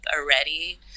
already